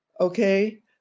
okay